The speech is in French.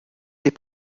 des